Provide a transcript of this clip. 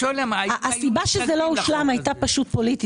הסיבה שזה לא הושלם הייתה פוליטית.